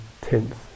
tenth